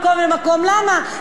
נקשה עליהם את החיים.